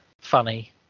funny